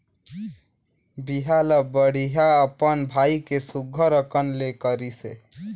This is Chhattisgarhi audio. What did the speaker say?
बिहा ल बड़िहा अपन भाई के सुग्घर अकन ले करिसे